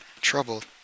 troubled